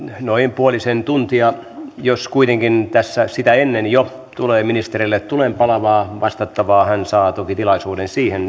noin puolisen tuntia jos kuitenkin tässä sitä ennen jo tulee ministerille tulenpalavaa vastattavaa hän saa toki tilaisuuden siihen